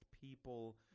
people